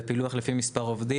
בפילוח לפי מספר עובדים,